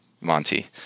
Monty